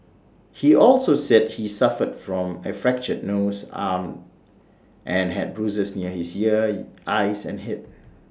he also said he suffered from A fractured nose arm and had bruises near his ear eyes and Head